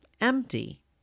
empty